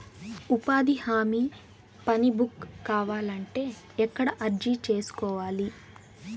ఉపాధి హామీ పని బుక్ కావాలంటే ఎక్కడ అర్జీ సేసుకోవాలి?